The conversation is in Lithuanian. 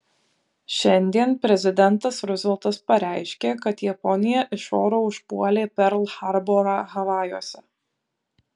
šiandien prezidentas ruzveltas pareiškė kad japonija iš oro užpuolė perl harborą havajuose